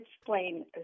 explain